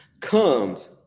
comes